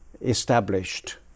established